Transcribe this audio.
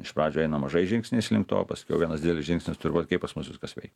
iš pradžių einam mažais žingsniais link to o paskiau vienas didelis žingsnis turi būt kaip pas mus viskas veikia